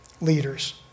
leaders